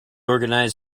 organising